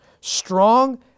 strong